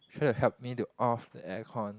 try to help me to off the air con